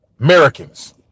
Americans